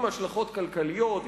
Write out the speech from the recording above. עם השלכות כלכליות,